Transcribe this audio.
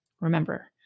Remember